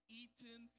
eaten